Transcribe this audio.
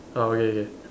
ah okay okay